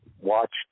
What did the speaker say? watched